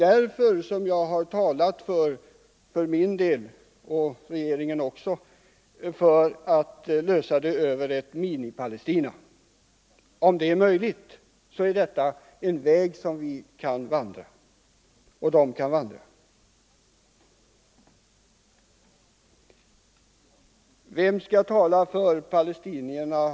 denna bakgrund som jag för min del har talat om — vilket regeringen också gjort — att lösa problemet över ett Minipalestina, om det är möjligt att vandra denna väg. En fråga som varit uppe mycket är: Vem skall tala för palestinierna?